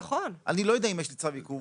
אני לא יודע אם יש לי צו עיכוב.